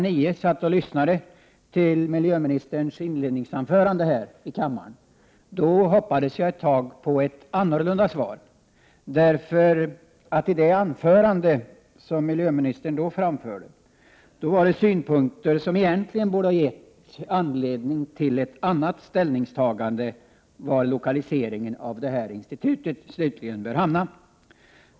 9 satt och lyssnade till miljöministerns inledningsanförande här i kammaren, hoppades jag ett tag på ett annorlunda svar. I det anförande som miljöministern då höll anlade hon nämligen synpunkter som egentligen borde ha gett anledning till ett annat ställningstagande i fråga om var lokaliseringen av detta institut slutligen bör ske.